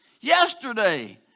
yesterday